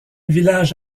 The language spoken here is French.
village